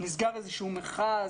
נסגר איזשהו מכרז?